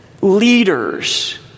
leaders